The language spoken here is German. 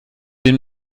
den